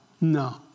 No